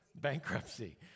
Bankruptcy